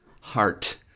heart